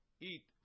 eat